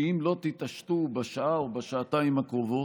שאם לא תתעשתו בשעה או בשעתיים הקרובות,